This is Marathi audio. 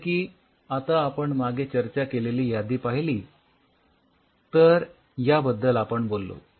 जसे की आता आपण मागे चर्चा केलेली यादी पहिली तर याबद्दल आपण बोललो